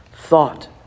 thought